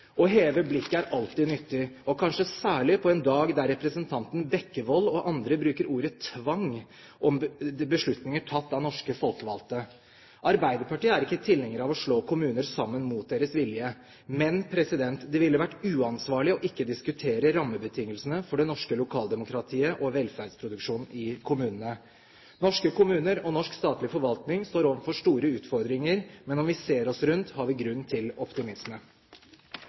Å heve blikket er alltid nyttig, og kanskje særlig på en dag der representanten Bekkevold og andre bruker ordet tvang om beslutninger tatt av norske folkevalgte. Arbeiderpartiet er ikke tilhengere av å slå kommuner sammen mot deres vilje, men det ville vært uansvarlig ikke å diskutere rammebetingelsene for det norske lokaldemokratiet og velferdsproduksjonen i kommunene. Norske kommuner og norsk statlig forvaltning står overfor store utfordringer, men om vi ser oss rundt, har vi grunn til optimisme.